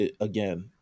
again